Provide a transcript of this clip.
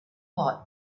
hot